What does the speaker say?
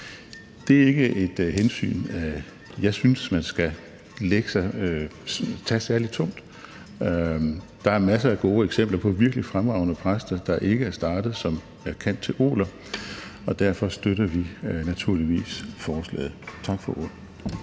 Det er ikke et hensyn, jeg synes man skal lade veje særlig tungt. Der er masser af gode eksempler på virkelig fremragende præster, der ikke er startet som cand.theol.er, og derfor støtter vi naturligvis forslaget. Tak for ordet.